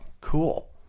cool